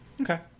Okay